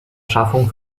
schaffung